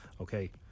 Okay